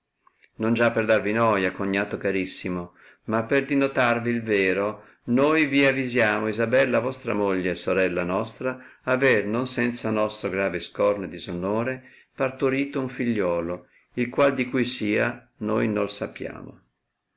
non già per darvi noia cognato carissimo ma per dinotarvi il vero noi vi avisiamo isabella vostra moglie e sorella nostra aver non senza nostro grave scorno e disonore partorito un figliuolo il qual di cui sia noi noi sappiamo